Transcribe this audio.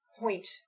point